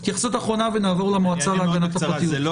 התייחסות אחרונה ונעבור למועצה להגנת הפרטיות.